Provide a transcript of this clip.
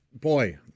boy